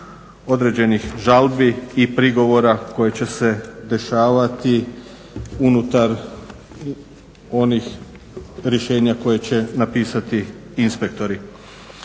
određenih žalbi i prigovora koji će se dešavati unutar onih rješenja koje će napisati inspektori.